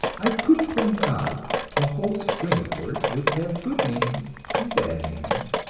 i could point out a whole string of words which have good meanings and bad meanings,